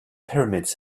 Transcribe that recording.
pyramids